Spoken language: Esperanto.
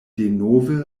denove